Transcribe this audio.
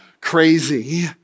crazy